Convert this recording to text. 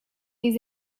les